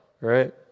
Right